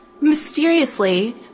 mysteriously